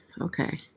okay